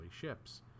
ships